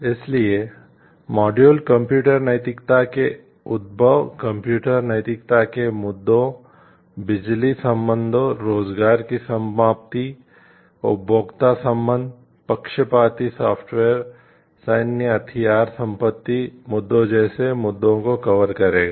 इसलिए module computer नैतिकता के उद्भव कंप्यूटर नैतिकता के मुद्दों बिजली संबंधों रोजगार की समाप्ति उपभोक्ता संबंध पक्षपाती सॉफ्टवेयर सैन्य हथियार संपत्ति मुद्दों जैसे मुद्दों को कवर करेगा